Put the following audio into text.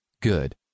Good